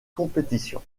compétition